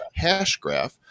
Hashgraph